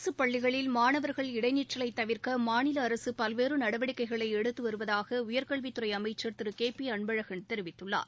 அரசு பள்ளிகளில் மாணவர்கள் இடைநிற்றலை தவிர்க்க மாநில அரசு பல்வேறு நடவடிக்கைகளை எடுத்து வருவதாக உயர்கல்வித்துறை அமைச்சர் திரு கே பி அன்பழகன் தெரிவித்துள்ளார்